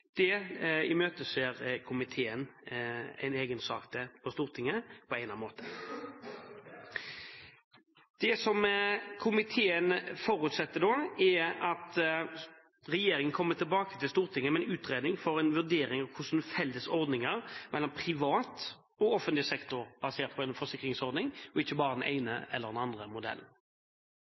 imøteser komiteen en egen sak til Stortinget på egnet måte. Komiteen forutsetter at regjeringen kommer tilbake til Stortinget med en utredning for en vurdering av felles ordninger mellom privat og offentlig sektor basert på en forsikringsordning, og ikke bare den ene eller den andre modellen.